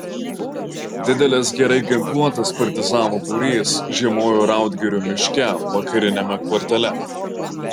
didelis gerai ginkluotas partizanų būrys žiemojo raudgirio miške vakariniame kvartale